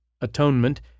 Atonement